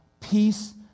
peace